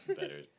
better